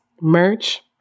merch